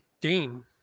Dean